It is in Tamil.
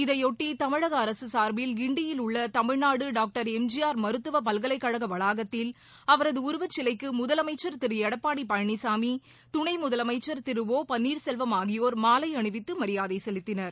இதைபொட்டி தமிழக அரசு சார்பில் கிண்டியில் உள்ள Tamil Nadu doctor M G R மருத்துவ பல்கலைக்கழக வளாகத்தில் அவரது உருவச்சிலைக்கு முதலமைச்சர் திரு எடப்பாடி பழனிசாமி துணை முதலமைச்சர் திரு ஒ பள்ளீர்செல்வம் ஆகியோர் மாலை அணிவித்து மரியாதை செலுத்தினர்